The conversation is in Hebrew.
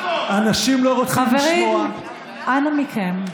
אנשים לא רוצים לשמוע, חברים, אנא מכם.